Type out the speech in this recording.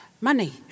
money